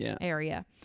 area